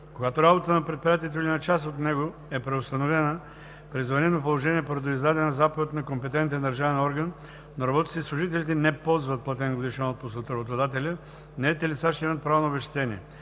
Когато работата на предприятието или на част от него е преустановена при извънредно положение поради издадена заповед на компетентен държавен орган, но работниците и служителите не ползват платен годишен отпуск от работодателя, наетите лица ще имат право на обезщетение.